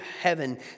heaven